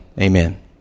Amen